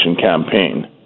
campaign